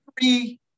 three